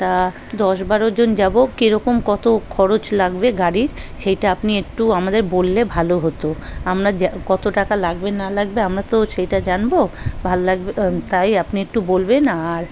তা দশ বারো জন যাব কীরকম কত খরচ লাগবে গাড়ির সেইটা আপনি একটু আমাদের বললে ভালো হতো আমরা যা কত টাকা লাগবে না লাগবে আমরা তো সেটা জানব ভাল লাগবে তাই আপনি একটু বলবেন আর